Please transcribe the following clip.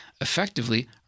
effectively